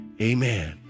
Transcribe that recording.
Amen